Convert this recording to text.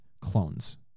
clones